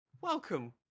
welcome